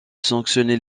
sanctionner